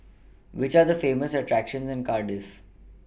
Which Are The Famous attractions in Cardiff